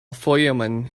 fayoum